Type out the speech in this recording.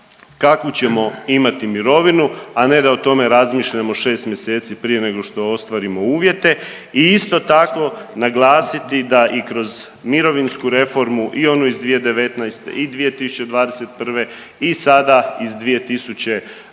kakvu ćemo imati mirovinu, a ne da o tome razmišljamo šest mjeseci prije nego što ostvarimo uvjete i isto tako naglasiti da i kroz mirovinsku reformu i onu iz 2019. i 2021. i sada iz 2022.